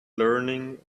learning